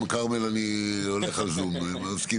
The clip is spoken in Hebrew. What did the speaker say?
תודה